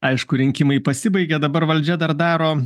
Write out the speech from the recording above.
aišku rinkimai pasibaigė dabar valdžia dar daro